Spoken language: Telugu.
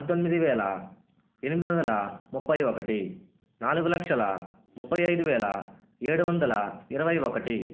పంతొమ్మిది వేల ఎనిమిది వందల ముప్పై ఒకటి నాలుగు లక్షల ముప్పై ఐదు వేల ఏడు వందల ఇరవై ఒకటి